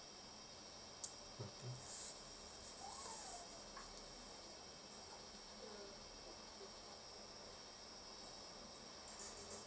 mmhmm